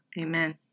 Amen